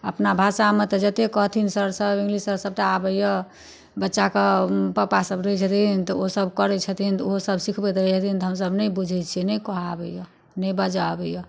अपना भाषामे तऽ जतेक कहथिन सर सब ईंग्लिश सर सबटा आबै यऽ बच्चाके पप्पा सब रहै छथिन तऽ ओसब करै छथिन तऽ ओहोसब सिखबति रहै छथिन तऽ हमसब नहि बुझै छियै नहि कहऽ आबैय नहि बाजऽ आबैय